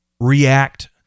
react